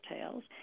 Tales